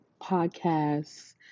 podcasts